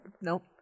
nope